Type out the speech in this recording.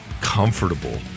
comfortable